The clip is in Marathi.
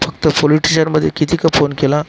फक्त पोलिस ठेशनमधे किती का फोन केला